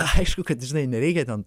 aišku kad žinai nereikia ten